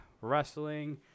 wrestling